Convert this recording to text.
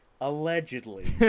allegedly